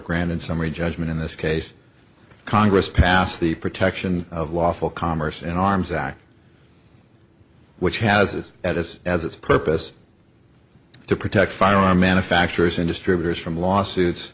granted summary judgment in this case congress passed the protection of lawful commerce in arms act which has it as as its purpose to protect firearm manufacturers and distributors from lawsuits